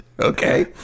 okay